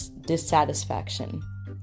dissatisfaction